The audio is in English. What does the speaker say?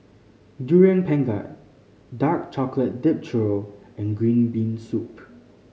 Durian Pengat dark chocolate dipped churro and green bean soup